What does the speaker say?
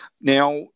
Now